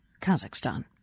Kazakhstan